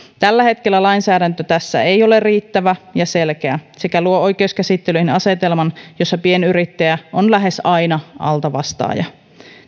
tällä hetkellä lainsäädäntö tässä ei ole riittävä ja selkeä sekä se luo oikeuskäsittelyihin asetelman jossa pienyrittäjä on lähes aina altavastaaja